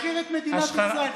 משחיר את מדינת ישראל בחו"ל.